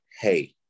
hey